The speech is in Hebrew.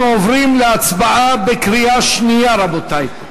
אנחנו עוברים להצבעה בקריאה שנייה, רבותי.